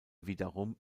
wiederum